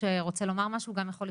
שרה שנקמן ומיטל בנשק המנכ"לית.